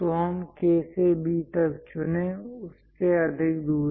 तो हम K से B तक चुने उससे अधिक दूरी